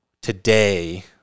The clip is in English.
Today